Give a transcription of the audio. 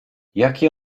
jaki